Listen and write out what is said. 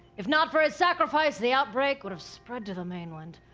if not for his sacrifice, the outbreak would have spread to the mainland.